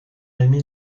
rémy